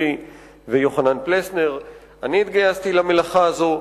ויוחנן פלסנר אני התגייסתי למלאכה הזאת,